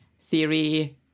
theory